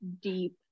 deep